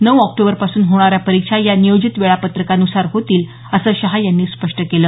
नऊ ऑक्टोबरपासून होणाऱ्या परीक्षा या नियोजित वेळापत्रकान्सार होतील असं शहा यांनी स्पष्ट केलं